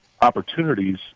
opportunities